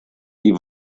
die